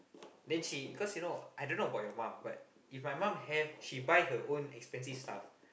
then she cause you know I dunno about your mum but if my mum have she buy her own expensive stuff